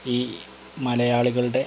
ഈ മലയാളികളുടെ